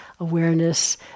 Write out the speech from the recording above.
Awareness